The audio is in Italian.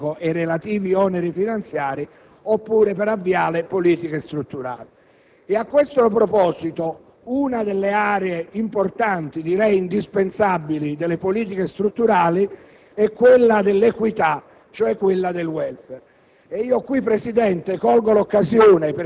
o per abbassare il debito pubblico e i relativi oneri finanziari, oppure per avviare politiche strutturali. A questo proposito, una delle aree importanti, direi indispensabili, delle politiche strutturali è quella dell'equità, cioè quella del*welfare*.